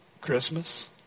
Christmas